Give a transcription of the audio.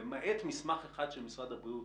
למעט מסמך אחד של משרד הבריאות